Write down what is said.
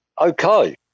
Okay